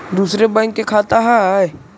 दुसरे बैंक के खाता हैं?